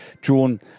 drawn